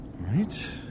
right